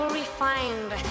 refined